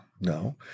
No